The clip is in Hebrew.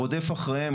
רודף אחריהם,